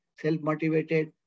self-motivated